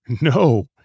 No